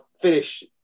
finish